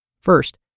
First